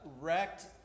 wrecked